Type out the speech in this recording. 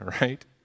right